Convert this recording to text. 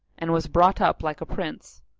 and was brought up like a prince.